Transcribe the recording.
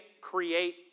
create